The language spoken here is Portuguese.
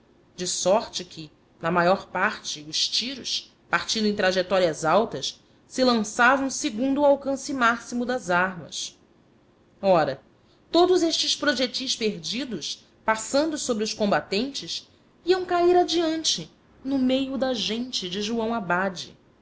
de sorte que na maior parte os tiros partindo em trajetórias altas se lançavam segundo o alcance máximo das armas ora todos estes projetis perdidos passando sobre os combatentes iam cair adiante no meio da gente de joão abade